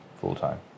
full-time